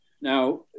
Now